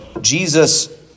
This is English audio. Jesus